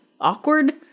awkward